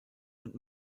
und